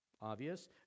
obvious